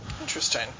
Interesting